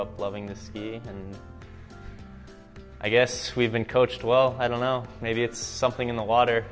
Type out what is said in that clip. up loving this i guess we've been coached well i don't know maybe it's something in the water